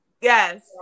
Yes